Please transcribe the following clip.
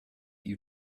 you